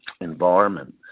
environment